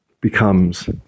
becomes